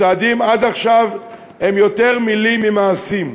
הצעדים עד עכשיו הם יותר מילים ממעשים.